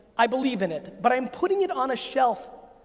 i believe in it, but i'm putting it on a shelf,